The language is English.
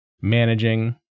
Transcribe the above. managing